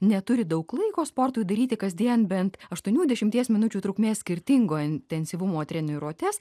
neturi daug laiko sportui daryti kasdien bent aštuonių dešimties minučių trukmės skirtingo intensyvumo treniruotes